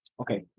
Okay